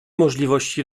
możliwości